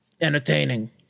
entertaining